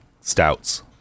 stouts